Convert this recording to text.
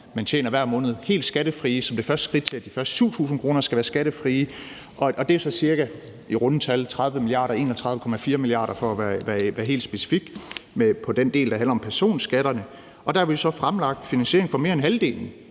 man tjener hver måned, helt skattefri som det første skridt mod, at de første 7.000 kr. skal være skattefri, og det er så cirka i runde tal 30 mia. kr. – 31,4 mia. kr. for at være helt specifik – på den del, der handler om personskatterne. Der har vi så fremlagt finansiering af mere end halvdelen